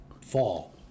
fall